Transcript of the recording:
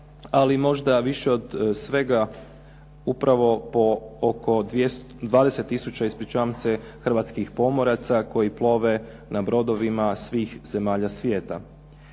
ali možda više od svega upravo po oko 20 tisuća hrvatskih pomoraca koji plove na brodovima svih zemalja svijeta.